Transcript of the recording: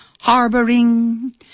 harboring